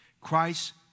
Christ